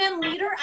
leader